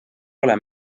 pole